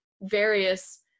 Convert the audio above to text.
various